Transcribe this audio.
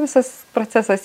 visas procesas